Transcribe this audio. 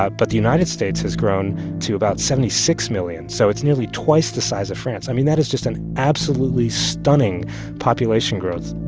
ah but the united states has grown to about seventy six million, so it's nearly twice the size of france. i mean, that is just an absolutely stunning population growth